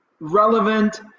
relevant